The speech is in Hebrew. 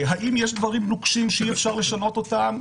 האם יש דברים נוקשים שאי אפשר לשנות אותם?